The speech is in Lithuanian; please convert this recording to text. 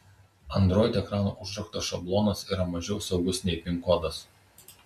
android ekrano užrakto šablonas yra mažiau saugus nei pin kodas